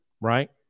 right